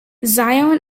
zion